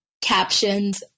captions